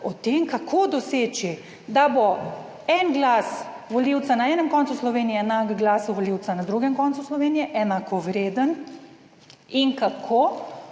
o tem, kako doseči, da bo en glas volivca na enem koncu Slovenije enak glasu volivca na drugem koncu Slovenije enakovreden in kako